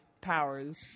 powers